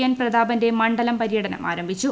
N പ്രതാപന്റെ മണ്ഡലം പ്രിട്ട്ന് ആരംഭിച്ചു